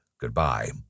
goodbye